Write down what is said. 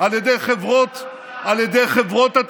על ידי חברות התקשורת,